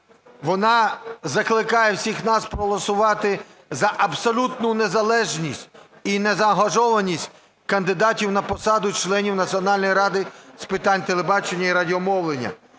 вона закликає всіх нас проголосувати за абсолютну незалежність і незаангажованість кандидатів на посаду членів Національної ради з питань телебачення і радіомовлення.